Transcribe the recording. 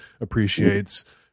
appreciates